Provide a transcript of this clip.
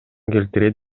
келтирет